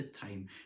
time